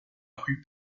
rue